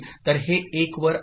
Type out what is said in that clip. तर हे 1 वर आहे